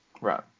Right